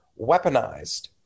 weaponized